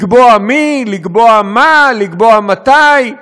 לקבוע מי, לקבוע מה, לקבוע מתי.